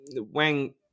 Wang